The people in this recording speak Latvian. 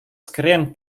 skrien